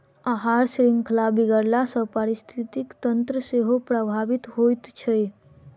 आहार शृंखला बिगड़ला सॅ पारिस्थितिकी तंत्र सेहो प्रभावित होइत छै